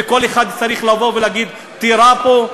וכל אחד צריך לבוא ולהגיד: תירה בו,